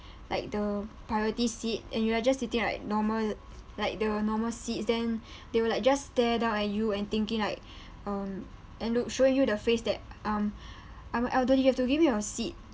like the priority seat and you are just sitting like normal like the normal seats then they will like just stare up at you and thinking like um and lo~ show you the face that um I'm an elderly you have to give me your seat